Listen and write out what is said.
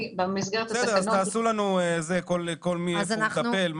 אז תעשו לנו במה כל אחד מטפל.